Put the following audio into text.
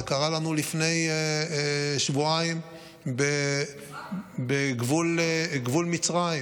זה קרה לנו לפני שבועיים בגבול מצרים,